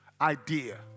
idea